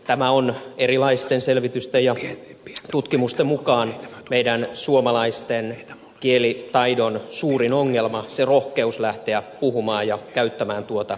tämä on erilaisten selvitysten ja tutkimusten mukaan meidän suomalaisten kielitaidon suurin ongelma rohkeus lähteä puhumaan ja käyttämään kieltä